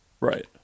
Right